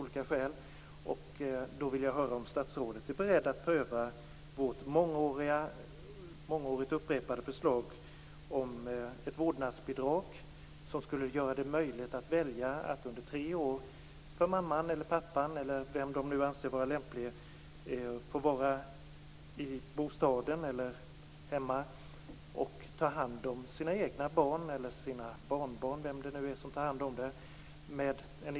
Jag vill höra om statsrådet är beredd att pröva vårt förslag, som vi har upprepat i många år, om ett vårdnadsbidrag. Det skulle göra det möjligt för mamman eller pappan - eller den som de anser är lämplig - att under tre år få vara hemma i bostaden och ta hand om sina egna barn eller för t.ex. mor och farföräldrar att ta hand om sina barnbarn.